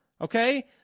Okay